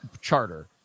charter